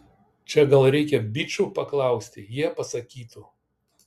čia gal reikia bičų paklausti jie pasakytų